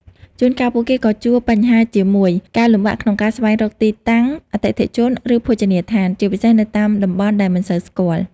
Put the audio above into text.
ជួនកាលពួកគេក៏ជួបបញ្ហាជាមួយ ការលំបាកក្នុងការស្វែងរកទីតាំង អតិថិជន ឬភោជនីយដ្ឋាន ជាពិសេសនៅតាមតំបន់ដែលមិនសូវស្គាល់។